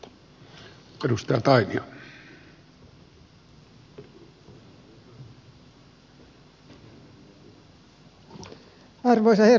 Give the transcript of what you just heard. arvoisa herra puhemies